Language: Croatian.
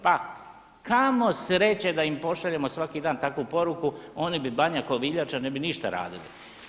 Pa kamo sreće da im pošaljemo svaki dan takvu poruku oni bi Banja Koviljača, ne bi ništa radili.